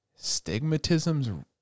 stigmatisms